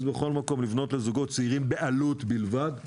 לבנות לזוגות צעירים 30% בכל מקום בעלות בלבד.